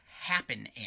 happen